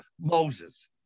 Moses